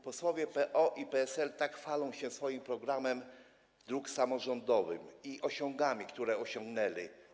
Posłowie PO i PSL tak chwalą się swoim programem dróg samorządowych i osiągami, sukcesami, które osiągnęli.